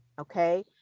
okay